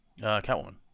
Catwoman